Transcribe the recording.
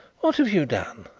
what have you done?